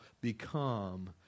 become